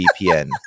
VPN